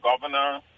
governor